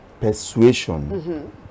persuasion